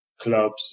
clubs